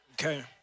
Okay